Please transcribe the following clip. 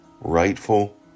rightful